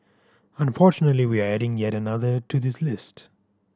unfortunately we're adding yet another to this list